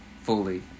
fully